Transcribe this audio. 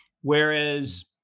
whereas